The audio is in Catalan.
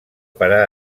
parar